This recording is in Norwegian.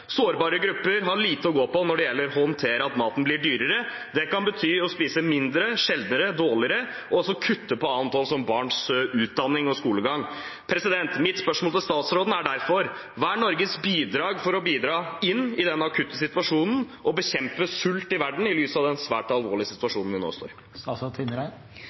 Sårbare grupper har lite å gå på når det gjelder å håndtere at maten blir dyrere. Det kan bety å spise mindre, sjeldnere og dårligere og også å kutte på annet, som barns utdanning og skolegang. Mitt spørsmål til statsråden er derfor: Hva er Norges bidrag for å bidra inn i denne akutte situasjonen og bekjempe sult i verden i lys av den svært alvorlige situasjonen vi nå